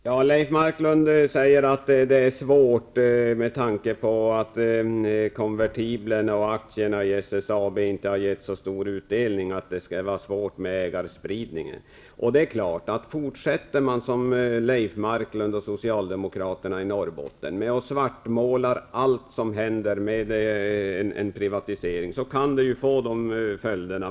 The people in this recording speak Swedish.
Herr talman! Leif Marklund säger att det är svårt med ägarspridningen med tanke på att konvertiblerna och aktierna i SSAB inte har gett så stor utdelning. Det är klart att om man som Norrbotten fortsätter att svartmåla allt som händer vid en privatisering, så kan det få den följden.